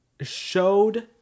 showed